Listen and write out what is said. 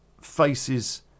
faces